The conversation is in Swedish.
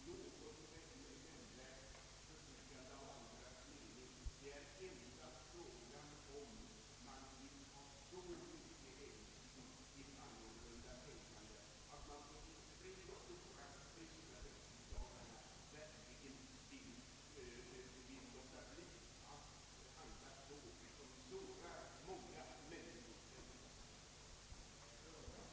Herr talman! Jag vill inte förlänga debatten utan enbart ge en röstförklaring. Skillnaden mellan de båda skrivningarna är inte stor. Men på de punkter där utskottsmajoriteten och reservanterna har olika meningar tycker jag att reservanterna har starkare skäl för sin helgdagar uppfattning. Min åsikt i sakfrågan överensstämmer i stor utsträckning med de värderingar som uttrycks i frikyrkoungdomens religionsfrihetsprogram som utkom förra året. Låt mig citera två stycken ur det programmet.